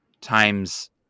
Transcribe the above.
times